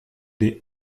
des